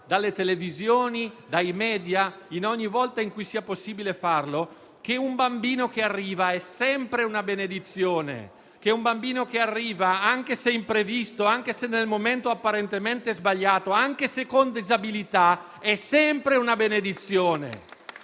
nelle televisioni, nei *media* e ogni volta che sia possibile farlo che un bambino che arriva è sempre una benedizione, che un bambino che arriva, anche se imprevisto o nel momento apparentemente sbagliato o con disabilità, è sempre una benedizione.